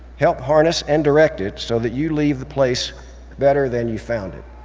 help harness and direct it, so that you leave the place better than you found it.